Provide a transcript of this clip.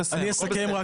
אסכם.